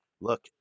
Look